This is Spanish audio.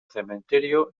cementerio